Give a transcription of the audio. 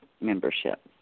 Membership